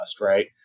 right